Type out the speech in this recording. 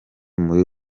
muri